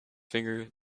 finger